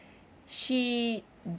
she